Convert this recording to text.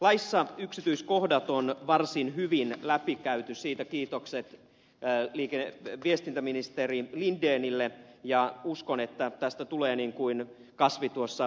laissa yksityiskohdat on varsin hyvin läpikäyty siitä kiitokset viestintäministeri lindenille ja uskon että tästä tulee niin kuin ed